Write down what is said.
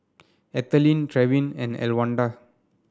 Ethelene Trevin and Elwanda